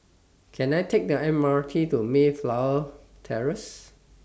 Can I Take The M R T to Mayflower Terrace